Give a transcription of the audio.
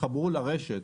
יתחברו לרשת